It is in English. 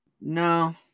no